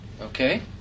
Okay